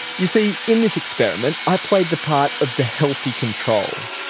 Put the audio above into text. you see, in this experiment i played the part of the healthy control.